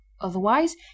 Otherwise